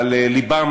אבל לבם